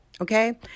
Okay